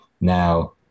now